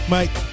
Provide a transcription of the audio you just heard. Mike